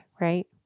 right